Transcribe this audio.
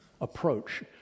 approach